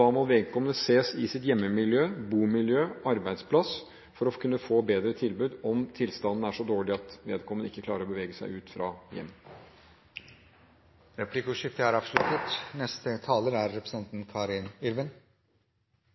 Da må vedkommende ses i sitt hjemmemiljø, i sitt bomiljø og på sin arbeidsplass for å kunne få bedre tilbud om tilstanden er så dårlig at vedkommende ikke klarer å bevege seg ut fra hjemmet. Replikkordskiftet er avsluttet.